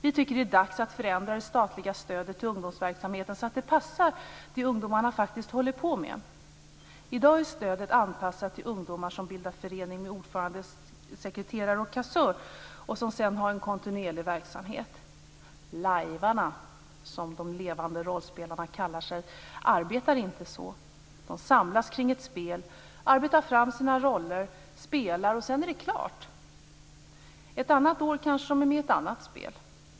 Vi tycker att det är dags att förändra det statliga stödet till ungdomsverksamheten så att det passar det som ungdomarna faktiskt håller på med. I dag är stödet anpassat till ungdomar som bildar föreningar med ordförande, sekreterare och kassör och som sedan har en kontinuerlig verksamhet. "Livearna", som de levande rollspelarna kallar sig, arbetar inte på det sättet. De samlas kring ett spel, arbetar fram sina roller, spelar, och sedan är det klart. Ett annat år kanske de är med i ett annat spel.